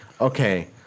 Okay